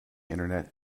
internet